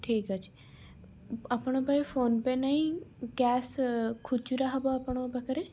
ଠିକ୍ ଅଛି ଆପଣଙ୍କ ପାଖେ ଫୋନପେ ନାହିଁ କ୍ୟାସ ଖୁଚୁରା ହବ ଆପଣଙ୍କ ପାଖେରେ